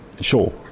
Sure